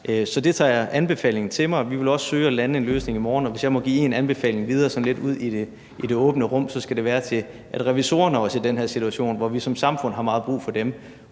Så jeg tager anbefalingen til mig, og vi vil også søge at lande en løsning i morgen. Og hvis jeg må give en anbefaling videre, sådan lidt ud i det åbne rum, så skal det være til revisorerne om også i den her situation, hvor vi som samfund har meget brug for dem,